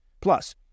Plus